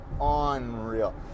Unreal